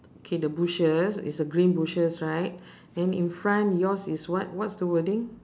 K the bushes is a green bushes right then in front yours is what what's the wording